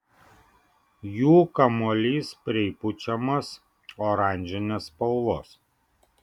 jų kamuolys pripučiamas oranžinės spalvos